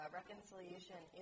reconciliation